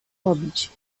robić